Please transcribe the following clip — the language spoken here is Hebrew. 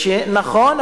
נכון,